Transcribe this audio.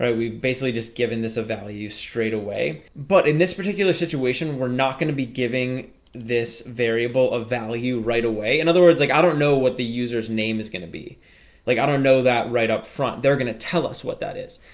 we basically just given this a value straight away but in this particular situation, we're not gonna be giving this variable of value right away in other words like i don't know what the users name is gonna be like, i don't know that right up front they're gonna tell us what that is.